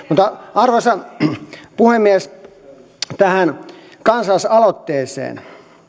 arvoisa puhemies tähän kansalaisaloitteeseen